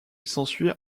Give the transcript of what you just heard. s’ensuit